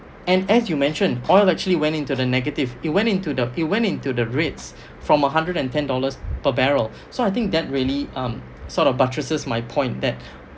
and as you mentioned oil actually went into the negative it went into the it went into the rates from a hundred and ten dollars per barrel so I think that really um sort of buttresses my point that